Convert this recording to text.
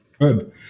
good